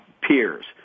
peers